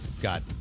got